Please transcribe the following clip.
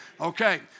Okay